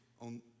on